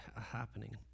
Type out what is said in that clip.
happening